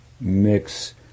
mix